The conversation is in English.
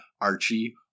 Archie